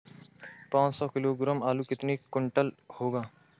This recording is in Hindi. पाँच सौ किलोग्राम आलू कितने क्विंटल होगा?